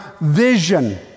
vision